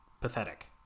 pathetic